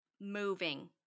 moving